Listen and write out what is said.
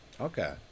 Okay